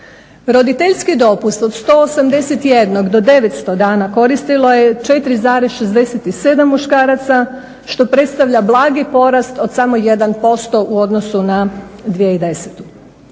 Roditeljski dopust od 181 do 900 dana koristilo je 4,67 muškaraca što predstavlja blagi porast od samo 1% u odnosu na 2010.